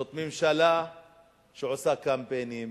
זאת ממשלה שעושה קמפיינים,